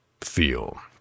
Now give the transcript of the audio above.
feel